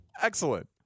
Excellent